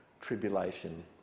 tribulation